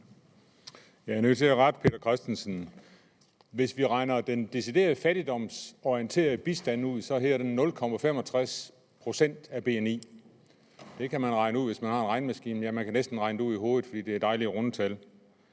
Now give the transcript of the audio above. Jeg er nødt til at rette hr. Peter Christensen: Hvis vi regner den deciderede fattigdomsorienterede bistand ud, hedder den 0,65 pct. af BNI. Det kan man regne ud, hvis man har en regnemaskine, ja, man kan næsten regne det ud i hovedet, fordi det er dejligt runde tal.